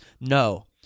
No